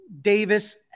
davis